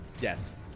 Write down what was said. Yes